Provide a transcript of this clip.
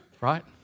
Right